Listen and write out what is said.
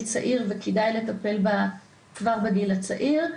צעיר וכדאי לטפל בה כבר בגיל צעיר.